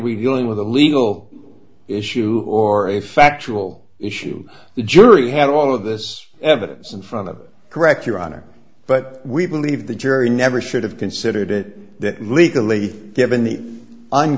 dealing with a legal issue or a factual issue the jury had all of this evidence in front of correct your honor but we believe the jury never should have considered it that legally given